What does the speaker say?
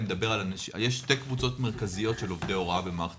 יש שתי קבוצות מרכזיות של עובדי הוראה במערכת